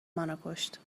منوکشت